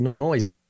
noise